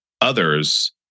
others